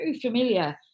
Familiar